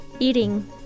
eating